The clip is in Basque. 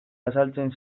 azaltzen